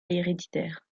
héréditaire